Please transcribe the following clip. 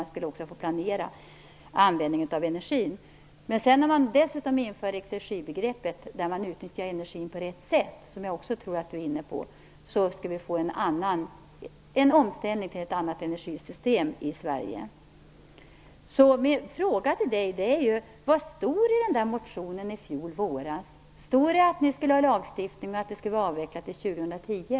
Man skulle också få planera användningen av energi. När man dessutom inför exergi-begreppet, som jag också tror att Dan Ericsson är inne på, där man utnyttjar energin på rätt sätt kan vi få en omställning till ett annat energisystem i Sverige. Min fråga till Dan Ericsson är: Vad står det i den där motionen från i fjol våras? Står det att vi skall ha en lagstiftning och att kärnkraften skall vara avvecklad till år 2010?